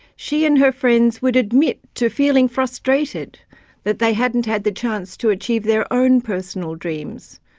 she and her friends would admit to feeling frustrated that they hadn't had the chance to achieve their own personal dreams,